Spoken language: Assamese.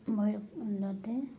ভৈৰৱকুণ্ডতে